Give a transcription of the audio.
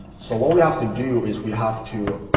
so what we have to do is we have to